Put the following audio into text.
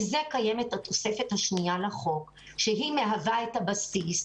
זה קיימת התוספת השנייה לחוק שמהווה את הבסיס.